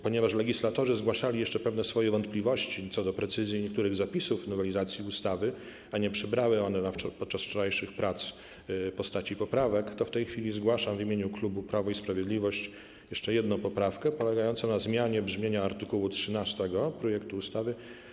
Ponieważ legislatorzy zgłaszali jeszcze pewne swoje wątpliwości co do precyzji niektórych zapisów nowelizacji ustawy, a nie przybrały one podczas wczorajszych prac postaci poprawek, to w tej chwili zgłaszam w imieniu klubu Prawo i Sprawiedliwość jeszcze jedną poprawkę polegającą na zmianie brzmienia art. 13 projektu ustawy.